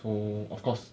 orh of course